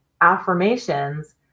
affirmations